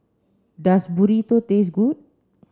does Burrito taste good